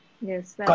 yes